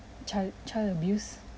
child child abuse